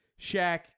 Shaq